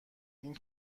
این